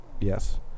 yes